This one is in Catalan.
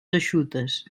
eixutes